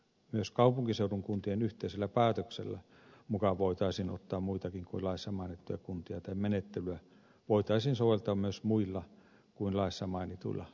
myös kaupunkiseudun kuntien yhteisellä päätöksellä mukaan voitaisiin ottaa muitakin kuin laissa mainittuja kuntia tai menettelyä voitaisiin soveltaa myös muilla kuin laissa mainituilla kaupunkiseuduilla